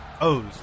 O's